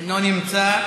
אינו נמצא.